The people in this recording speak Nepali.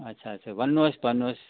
अच्छा अच्छा भन्नुहोस् भन्नुहोस्